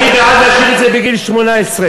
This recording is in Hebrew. אני בעד להשאיר את זה בגיל 18,